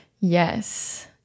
Yes